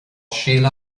síle